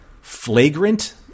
flagrant